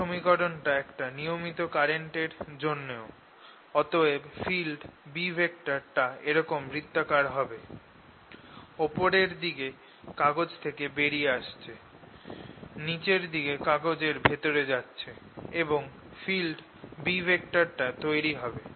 এই সমীকরণটা একটা নিয়মিত কারেন্ট এর জন্যেও অতএব ফিল্ড B টা এরকম বৃত্তাকার হবে ওপরের দিকে কাগজ থেকে বাইরে আসছে নিচের দিকে কাগজ এর ভেতরে যাচ্ছে এবং এই ফিল্ড B টা তৈরি হবে